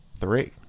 three